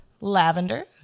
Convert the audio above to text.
Lavender